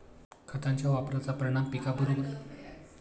खतांच्या वापराचा परिणाम पिकाबरोबरच निसर्गावरही होतो